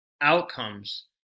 outcomes